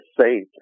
safe